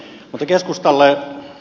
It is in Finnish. mutta keskustalle